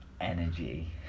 Energy